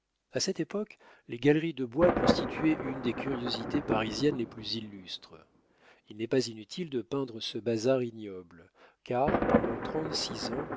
a cette époque les galeries de bois constituaient une des curiosités parisiennes les plus illustres il n'est pas inutile de peindre ce bazar ignoble car pendant trente-six ans